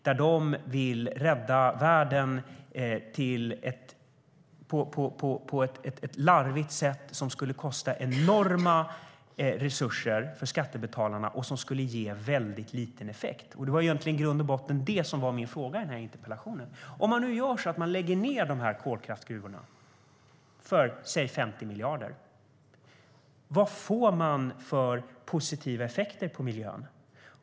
De vill rädda världen - på ett larvigt sätt som skulle kosta enorma resurser för skattebetalarna och ge väldigt liten effekt. Det var i grund och botten det som var min fråga i den här interpellationen: Om man nu lägger ned de här kolkraftsgruvorna för säg 50 miljarder, vad får man då för positiva effekter på miljön?